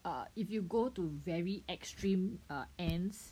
err if you go to very extreme err ends